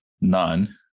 none